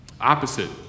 opposite